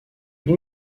lui